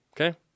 Okay